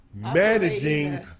managing